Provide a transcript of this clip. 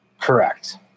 Correct